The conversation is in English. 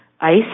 ICE